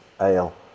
Ale